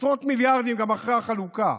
עשרות מיליארדים גם אחרי החלוקה.